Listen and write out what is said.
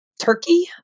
turkey